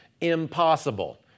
Impossible